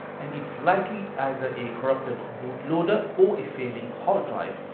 and its likely either a corrupted boot loader or a failing hard drive.